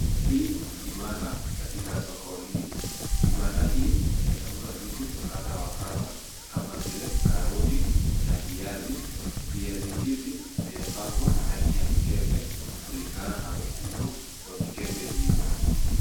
Hii ni kibanda katika soko hii. Kibanda hii inauza vitu kadha wa kadha kama vile karoti na viazi. Viazi hizi zimepangwa ndani ya mikebe kulingana na ukubwa wa mikebe hizo.